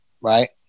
right